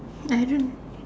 I don't know